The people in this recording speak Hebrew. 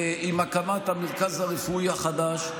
עם הקמת המרכז הרפואי החדש.